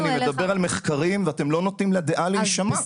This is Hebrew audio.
חזרנו אליך --- אני מדבר על מחקרים ואתם לא נותנים לדעה להישמע.